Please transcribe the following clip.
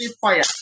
fire